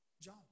John